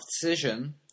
decision